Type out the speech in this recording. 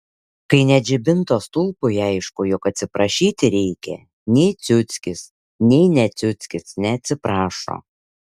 kai net žibinto stulpui aišku jog atsiprašyti reikia nei ciuckis nei ne ciuckis neatsiprašo